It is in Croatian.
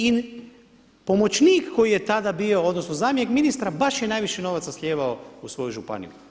I pomoćnik koji je tada bio, odnosno zamjenik ministra baš je najviše novaca slijevao u svoju županiju.